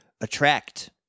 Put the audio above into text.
Attract